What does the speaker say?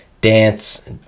dance